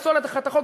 נפסול לך את החוק,